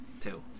Two